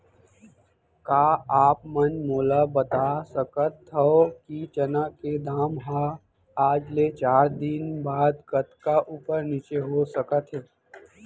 का आप मन मोला बता सकथव कि चना के दाम हा आज ले चार दिन बाद कतका ऊपर नीचे हो सकथे?